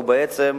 ובעצם,